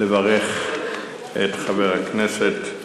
לברך את חבר הכנסת